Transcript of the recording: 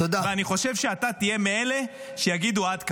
אני חושב שאתה תהיה מאלה שיגידו: עד כאן.